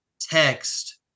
text